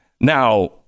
Now